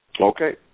Okay